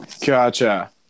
gotcha